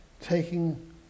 taking